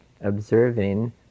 observing